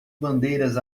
bandeiras